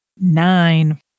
Nine